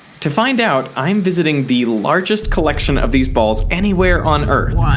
to find out, i'm visiting the largest collection of these balls anywhere on earth, what?